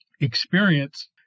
experience